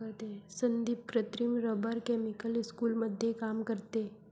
संदीप कृत्रिम rubber chemical स्कूलमध्ये काम करते